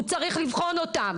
הוא צריך לבחון אותם,